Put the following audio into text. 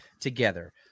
together